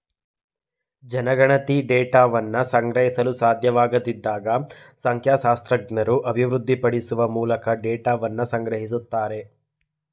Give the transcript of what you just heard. ಜನಗಣತಿ ಡೇಟಾವನ್ನ ಸಂಗ್ರಹಿಸಲು ಸಾಧ್ಯವಾಗದಿದ್ದಾಗ ಸಂಖ್ಯಾಶಾಸ್ತ್ರಜ್ಞರು ಅಭಿವೃದ್ಧಿಪಡಿಸುವ ಮೂಲಕ ಡೇಟಾವನ್ನ ಸಂಗ್ರಹಿಸುತ್ತಾರೆ